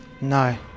No